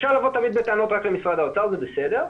אפשר לבוא תמיד בטענות רק למשרד האוצר זה בסדר,